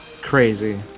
crazy